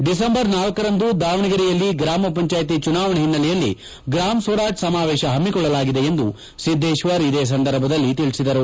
December ನಾಲ್ಕರಂದು ದಾವಣಗೆರೆ ಯಲ್ಲಿ ಗ್ರಾಮಪಂಚಾಯತಿ ಚುನಾವಣೆ ಹಿನ್ನೆಲೆಯಲ್ಲಿ ಗ್ರಾಮ ಸ್ವರಾಜ್ ಸಮಾವೇಶ ಹಮ್ಮಿಕೊಳ್ಳಲಾಗಿದೆ ಎಂದು ಸಿದ್ದೇಶ್ವರ್ ಇದೇ ಸಂದರ್ಭದಲ್ಲಿ ತಿಳಿಸಿದರು